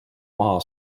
maha